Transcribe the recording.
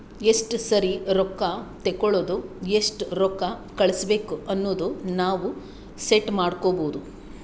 ಎಸ್ಟ ಸರಿ ರೊಕ್ಕಾ ತೇಕೊಳದು ಎಸ್ಟ್ ರೊಕ್ಕಾ ಕಳುಸ್ಬೇಕ್ ಅನದು ನಾವ್ ಸೆಟ್ ಮಾಡ್ಕೊಬೋದು